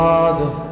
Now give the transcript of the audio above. Father